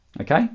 Okay